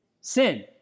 Sin